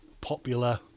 popular